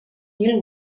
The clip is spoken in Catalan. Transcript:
mil